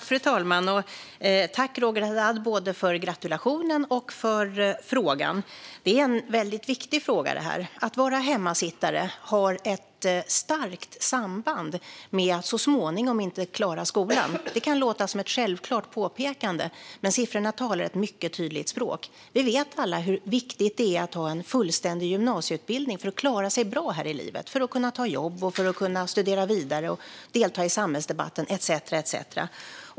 Fru talman! Tack, Roger Haddad, både för gratulationen och för frågan! Det är en väldigt viktig fråga. Att vara hemmasittare har ett starkt samband med att så småningom inte klara skolan. Det kan låta som ett självklart påpekande, men siffrorna talar ett mycket tydligt språk. Vi vet alla hur viktigt det är att ha en fullständig gymnasieutbildning för att klara sig bra här i livet, för att kunna ta jobb, studera vidare och delta i samhällsdebatten etcetera.